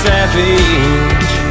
Savage